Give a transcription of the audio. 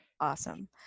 Awesome